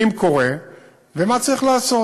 ואם קורה ומה צריך לעשות.